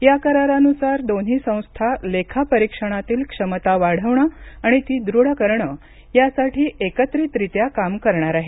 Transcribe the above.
या करारानुसार दोन्ही संस्था लेखा परीक्षणातील क्षमता वाढवणं आणि ती दृढ करणं यासाठी एकत्रितरित्या काम करणार आहेत